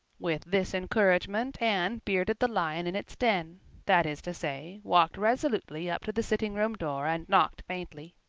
with this encouragement anne bearded the lion in its den that is to say, walked resolutely up to the sitting-room door and knocked faintly.